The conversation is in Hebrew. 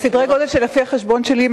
לפי החשבון שלי,